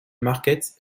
markets